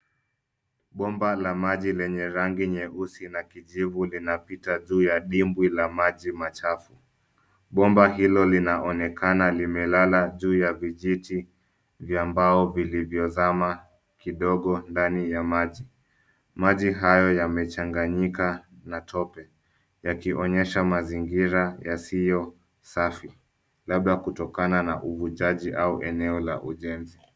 Bomba la maji lenye yangi nyeusi na kijivu linapita juu ya dimbwi la maji machafu. Bomba hilo linaonekana limelala juu ya vijiti vya mbao vilivyozama kidogo ndani ya maji. Maji hayo yamechanganyika na tope, yakionyesha mazingira yasiyo safi labda kutokana na uvujaji au eneo la ujenzi.